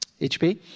HP